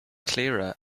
clearer